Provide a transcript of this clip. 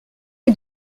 est